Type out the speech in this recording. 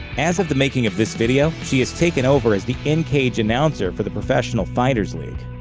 as of the making of this video, she has taken over as the in-cage announcer for the professional fighters league.